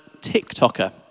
TikToker